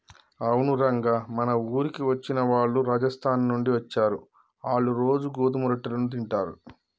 అవును రంగ మన ఊరికి వచ్చిన వాళ్ళు రాజస్థాన్ నుండి అచ్చారు, ఆళ్ళ్ళు రోజూ గోధుమ రొట్టెలను తింటారు